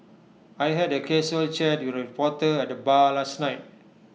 I had A casual chat with A reporter at the bar last night